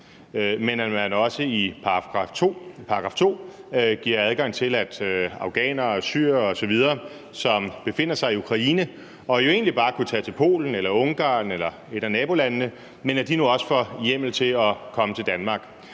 men at man også i § 2 giver hjemmel til og adgang til, at afghanere, syrere osv., som befinder sig i Ukraine og egentlig bare kunne tage til Polen, Ungarn eller et af nabolandene, nu kan komme til Danmark.